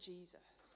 Jesus